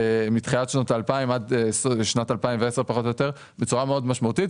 מתחילת שנות ה-2000 עד שנת 2010 פחות או יותר בצורה מאוד משמעותית.